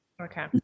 Okay